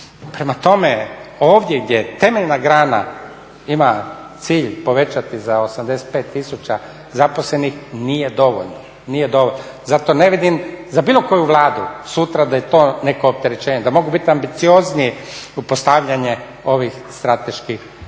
Prema tome, ovdje gdje temeljna grana ima cilj povećati za 85 tisuća zaposlenih, nije dovoljno. Zato ne vidim za bilo koju Vladu sutra da je to neko opterećenje. Da mogu biti ambiciozniji u postavljanju ovih strateških ciljeva.